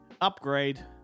upgrade